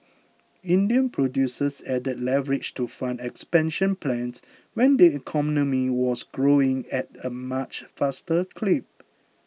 Indian producers added leverage to fund expansion plans when the economy was growing at a much faster clip